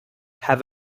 have